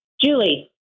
Julie